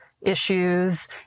issues